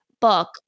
book